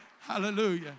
Hallelujah